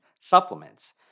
Supplements